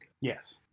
Yes